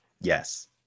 yes